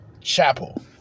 Chapel